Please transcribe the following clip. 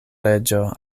reĝo